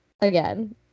again